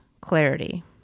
clarity